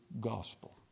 gospel